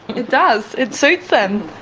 it does, it suits him.